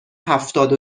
هفتاد